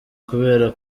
kubera